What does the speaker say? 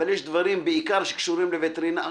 אבל יש דברים בעיקר שקשורים לווטרינריה,